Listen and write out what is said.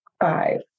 Five